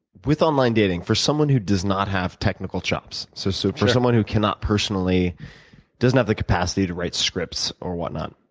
online dating, for someone who does not have technical jobs, so so for someone who cannot personally doesn't have the capacity to write scripts, or what not,